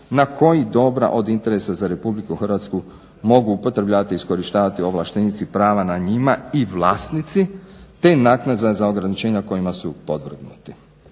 na koji dobra od interesa za RH mogu upotrebljavati i iskorištavati ovlaštenici prava nad njima i vlasnici te naknada za ograničenja kojima su podvrgnuti.